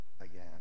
again